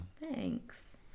Thanks